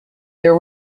there